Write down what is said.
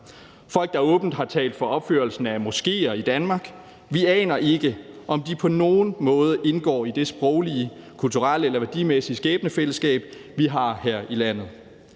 folk, der åbent har talt for opførelsen af moskéer i Danmark. Vi aner ikke, om de på nogen måde indgår i det sproglige, kulturelle eller værdimæssige skæbnefællesskab, vi har her i landet.